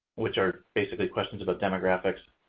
which are basically questions about demographics.